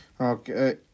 okay